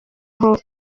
aho